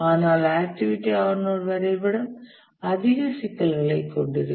ஆனால் activity on node வரைபடம் அதிக சிக்கல்களைக் கொண்டிருக்கும்